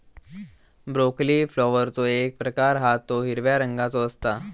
broccoli फ्लॉवरचो एक प्रकार हा तो हिरव्या रंगाचो असता